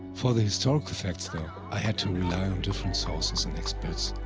for the historical facts though, i had to rely on different sources and experts,